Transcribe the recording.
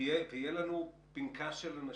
ויהיה לנו פנקס של אנשים,